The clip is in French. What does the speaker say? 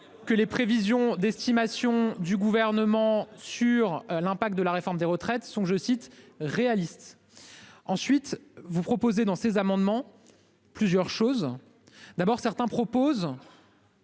Que les prévisions d'estimation du gouvernement sur l'impact de la réforme des retraites sont, je cite, réaliste. Ensuite vous proposez dans ces amendements. Plusieurs choses, d'abord, certains proposent.